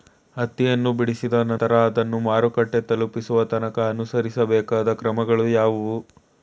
ಹತ್ತಿಯನ್ನು ಬಿಡಿಸಿದ ನಂತರ ಅದನ್ನು ಮಾರುಕಟ್ಟೆ ತಲುಪಿಸುವ ತನಕ ಅನುಸರಿಸಬೇಕಾದ ಕ್ರಮಗಳು ಯಾವುವು?